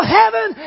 heaven